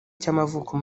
cy’amavuko